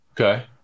Okay